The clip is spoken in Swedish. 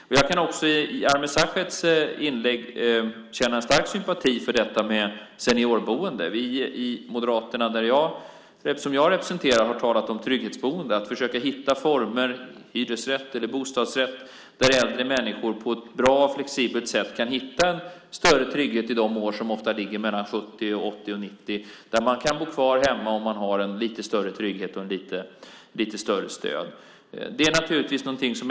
Jag kan också, som i Ameer Sachets inlägg, känna stark sympati för detta med seniorboende. Vi i Moderaterna, som jag representerar, har talat om trygghetsboende. Vi vill försöka hitta former, hyresrätt eller bostadsrätt, där äldre människor på ett bra och flexibelt sätt kan hitta en större trygghet mellan åren 70 och 90 och kan bo kvar hemma om man har större trygghet och mer stöd.